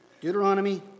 Deuteronomy